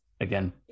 again